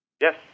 Yes